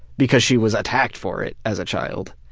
because she was attacked for it as a child.